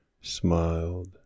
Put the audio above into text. smiled